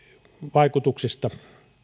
vaikutuksista syövän lisääntymiseen